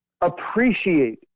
appreciate